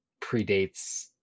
predates